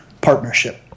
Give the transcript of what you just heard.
partnership